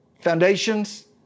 Foundations